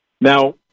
Now